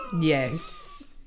Yes